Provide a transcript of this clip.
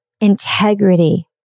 integrity